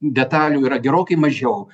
detalių yra gerokai mažiau